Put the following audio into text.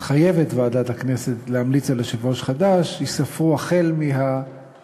ועדת הכנסת חייבת להמליץ על יושב-ראש חדש ייספרו מהרגע,